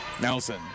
Nelson